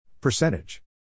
Percentage